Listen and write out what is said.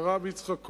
הרב יצחק כהן,